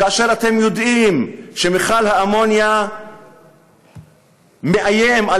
כאשר אתם יודעים שמכל האמוניה מאיים על